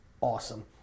awesome